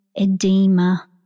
edema